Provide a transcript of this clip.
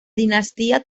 dinastía